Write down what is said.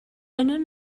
eine